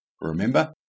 Remember